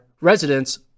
residents